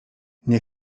nie